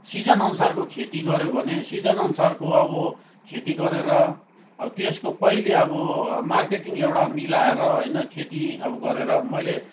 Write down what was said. सिजनअनुसारको खेती गऱ्यो भने सिजनअनुसारको अब खेती गरेर अब त्यसको पहिली अब मार्केटिङ एउटा मिलाएर होइन खेती अब गरेर मैले